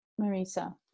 marisa